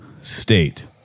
state